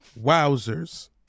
wowzers